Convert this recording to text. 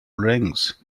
rings